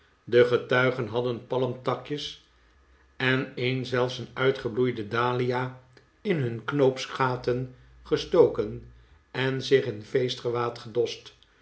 de getuigen hadden palmtakjes en een zelfs een uitgebloeide dahlia in nun knoopsgaten gestoken en zich in